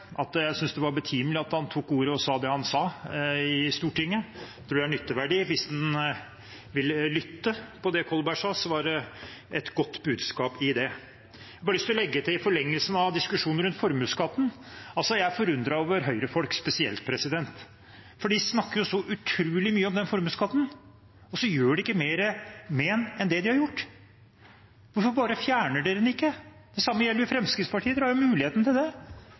at jeg synes det var betimelig at han tok ordet og sa det han sa i Stortinget, for det har nytteverdi hvis en vil lytte til det Kolberg sa. Det var et godt budskap i det. Jeg har lyst til å legge til noe i forlengelsen av diskusjonen rundt formuesskatten. Jeg er forundret over høyrefolk spesielt, for de snakker så utrolig mye om formuesskatten, og så gjør de ikke mer med den enn de har gjort. Hvorfor fjerner de den ikke bare? Det samme gjelder jo Fremskrittspartiet. De har jo muligheten til det